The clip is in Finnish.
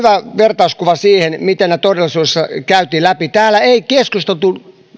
vertauskuva siitä miten nämä todellisuudessa käytiin läpi täällä ei ennen sitä keskusteltu